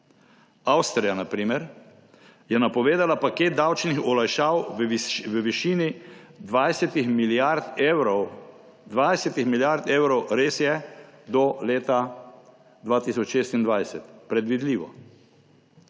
Avstrija, na primer, je napovedala paket davčnih olajšav v višini 20 milijard evrov. Res je, do leta 2026. Predvidljivo.